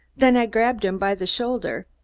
then i grabbed him by the shoulder.